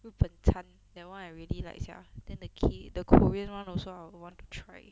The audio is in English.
日本餐 that [one] I really like sia then the K~ the korean [one] also I want to try